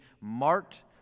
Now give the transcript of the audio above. marked